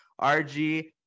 RG